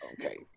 Okay